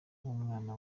w’umwana